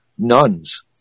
nuns